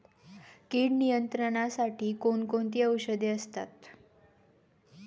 कीड नियंत्रणासाठी कोण कोणती औषधे असतात?